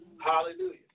Hallelujah